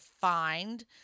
find